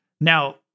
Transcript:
Now